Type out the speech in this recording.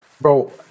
Bro